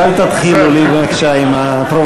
אז אל תתחילו לי בבקשה עם הפרובוקציות.